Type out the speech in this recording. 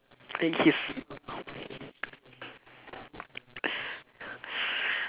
like his